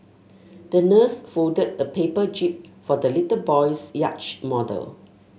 the nurse folded a paper jib for the little boy's yacht model